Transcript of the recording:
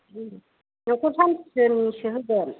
न'खर शान्तिनिसो होगोन